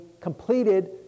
completed